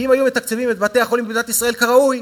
כי אם היו מתקצבים את בתי-החולים במדינת ישראל כראוי,